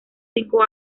cinco